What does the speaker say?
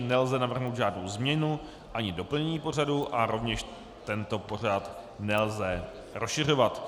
Nelze navrhnout nějakou změnu ani doplnění pořadu a rovněž tento pořad nelze rozšiřovat.